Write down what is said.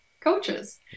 coaches